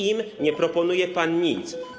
Im nie proponuje pan nic.